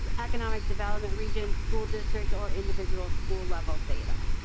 but economic development regions school districts or individual school level data.